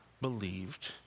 Believed